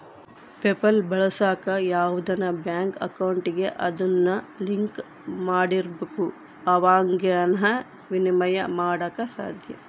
PayPal ಬಳಸಾಕ ಯಾವ್ದನ bank ಅಕೌಂಟಿಗೆ ಅದುನ್ನ ಲಿಂಕ್ ಮಾಡಿರ್ಬಕು ಅವಾಗೆ ಃನ ವಿನಿಮಯ ಮಾಡಾಕ ಸಾದ್ಯ